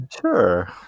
Sure